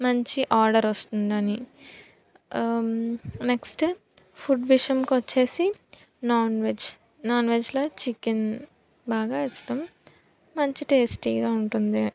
మంచి ఆర్డర్ వస్తుంది అని నెక్స్ట్ ఫుడ్ విషయంకొచ్చేసి నాన్ వెజ్ నాన్ వెజ్లో చికెన్ బాగా ఇష్టం మంచి టేస్టీగా ఉంటుంది